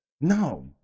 no